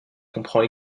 comprend